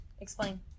explain